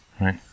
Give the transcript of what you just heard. right